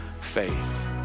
faith